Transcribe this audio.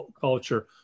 Culture